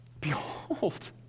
Behold